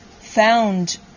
found